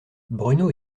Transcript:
bruno